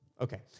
Okay